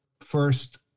first